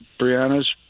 Brianna's